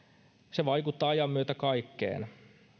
se vaikuttaa ajan myötä kaikkeen